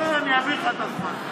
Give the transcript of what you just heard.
בוא, אני אעביר לך את הזמן.